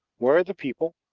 where the people,